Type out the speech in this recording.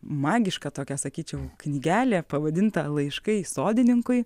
magiška tokia sakyčiau knygelė pavadinta laiškai sodininkui